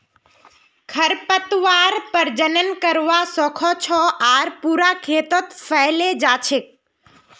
खरपतवार प्रजनन करवा स ख छ आर पूरा खेतत फैले जा छेक